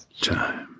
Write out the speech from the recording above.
Time